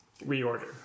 reorder